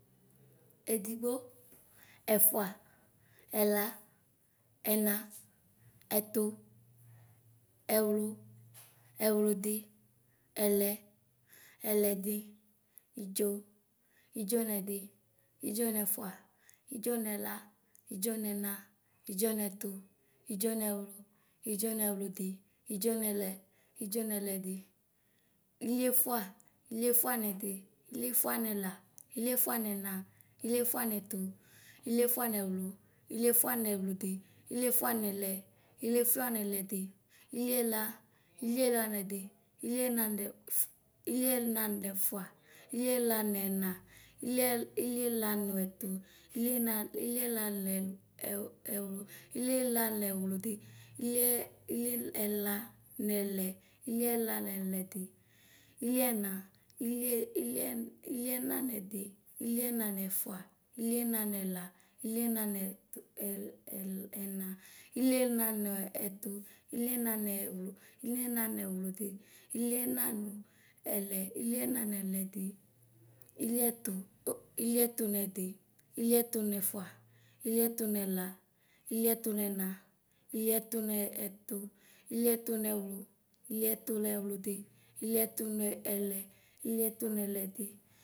Edigbo, ɛfua, ɛla, ɛna, ɛtɔ, ɛwlu, ewludi, ɛlɛ, ɛlɛdi idzo, idzonɛdi, idʒonɛfua, idʒonefua, idzomela, idʒonɛma, idzomɛtu, idʒonewlu, idzɔnɛwludi, idzɔnɛlɛ, idzɔnɛlɛdi, ilɛfuɛ, ilɛfuanɛdi, ilɛfuanɛla, ilɛfuanɛtu, ilɛfuanɛwludi, ilɛfuanɛlɛ, ilɛfuanɛlɛdi, ilɛlɛtu, ilɛlɛndi, ilɛlɛnɛfua, ilɛnɛnɛna, ilɛ… ilɛlɛnɛtu, ilɛnɛnɛfua, lɛnɛnɛna, ilɛ… ilɛlɛnɛdi, ilɛlɛnɛwludi, ilɛlɛnɛfua, ilɛnɛnɛna, ilɛnɛnɛtu, ilɛnɛnɛwludi, lɛnɛnɛlɛ, ilɛnɛnɛlɛdi, ilɛna, ilɛilɛitzɛnɛndi, ilɛnɛna, ilɛnɛnɛla, ilɛnɛnɛtu, ilɛnɛnɛwludi, lɛnɛnuɛlɛ, ilɛnɛnɛlɛdi, ilɛtu, o ilɛtuɛndi, ilɛtuɛnɛfua, ilɛtuɛnɛla, ilɛtuɛnɛtu, lɛtuɛnɛwlu, ilɛtuɛnɛwludi, ilɛtunɛɛlɛ, ilɛtuɛnɛlɛdi.